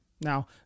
Now